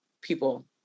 people